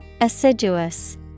Assiduous